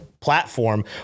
Platform